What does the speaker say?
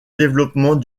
développement